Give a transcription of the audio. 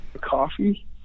Coffee